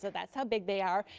that's how big they are.